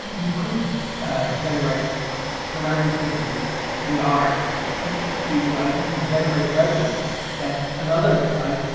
you could generate from everything from the arts ah to you could generate revenue that another site,